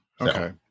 Okay